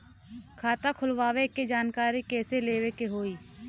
खाता खोलवावे के जानकारी कैसे लेवे के होई?